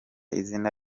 izina